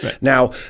now